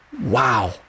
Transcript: Wow